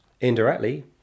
indirectly